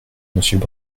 monsieur